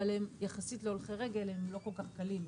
אבל הם יחסית להולכי רגל הם לא כל כך קלים.